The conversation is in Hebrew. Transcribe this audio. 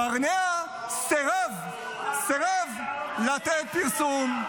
אוה --- ברנע סירב לתת פרסום.